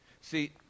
See